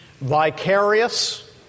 Vicarious